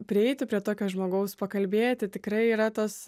prieiti prie tokio žmogaus pakalbėti tikrai yra tos